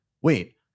wait